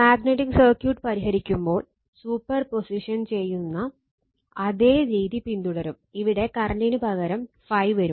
magnetic circuit പരിഹരിക്കുമ്പോൾ superposition ചെയ്യുന്ന അതേ രീതി പിന്തുടരും ഇവിടെ കറന്റിന് പകരം ∅ വരും